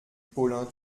paulin